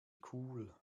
cool